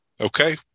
Okay